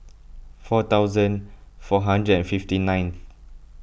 four thousand four hundred and fifty ninth